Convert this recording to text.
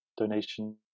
donation